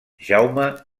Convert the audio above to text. jaume